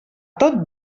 tot